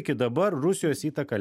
iki dabar rusijos įtaka